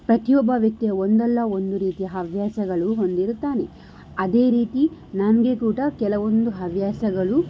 ಪ್ರತಿಯೊಬ್ಬ ವ್ಯಕ್ತಿ ಒಂದಲ್ಲ ಒಂದು ರೀತಿಯ ಹವ್ಯಾಸಗಳು ಹೊಂದಿರುತ್ತಾನೆ ಅದೇ ರೀತಿ ನನಗೆ ಕೂಡ ಕೆಲವೊಂದು ಹವ್ಯಾಸಗಳು